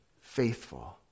faithful